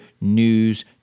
news